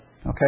Okay